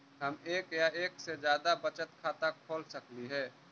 हम एक या एक से जादा बचत खाता खोल सकली हे?